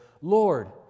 Lord